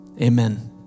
Amen